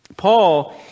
Paul